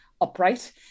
upright